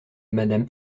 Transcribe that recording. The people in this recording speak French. madame